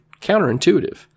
counterintuitive